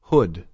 Hood